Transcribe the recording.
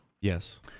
Yes